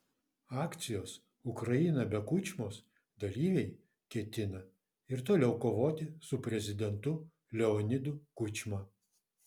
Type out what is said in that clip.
akcijos ukraina be kučmos dalyviai ketina ir toliau kovoti su prezidentu leonidu kučma